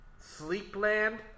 Sleepland